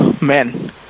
man